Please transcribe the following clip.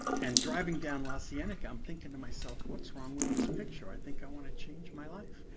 and driving down la so cienega i'm thinking to myself, what's wrong with this picture? i think i want to change my life.